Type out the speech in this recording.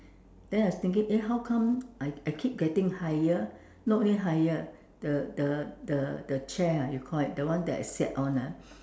then I was thinking eh how come I I keep getting higher not only higher the the the the chair ah you call it the one I sit on ah